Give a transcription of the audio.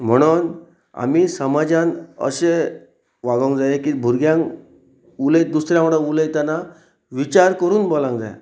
म्हणून आमी समाजान अशें वागोवंक जाय की भुरग्यांक उलयत दुसऱ्या वांगडा उलयतना विचार करून बोलांक जाय